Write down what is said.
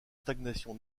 stagnation